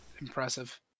impressive